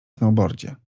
snowboardzie